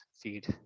feed